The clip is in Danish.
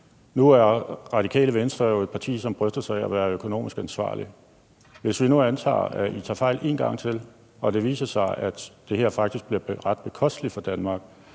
Nu er Radikale Venstre jo et parti, som bryster sig af at være økonomisk ansvarlig. Hvis vi nu antager, at I tager fejl en gang til, og det viser sig, at det her faktisk bliver ret bekosteligt for Danmark,